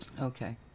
Okay